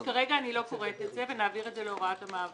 אז כרגע אני לא קוראת את זה ונעביר את זה להוראות המעבר.